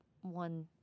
one